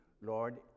Lord